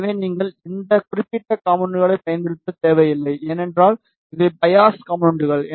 எனவே நீங்கள் இந்த குறிப்பிட்ட காம்போனென்ட்களைப் பயன்படுத்தத் தேவையில்லை ஏனென்றால் இவை பையாஸ் காம்போனென்ட்கள்